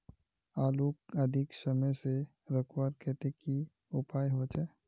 आलूक अधिक समय से रखवार केते की उपाय होचे?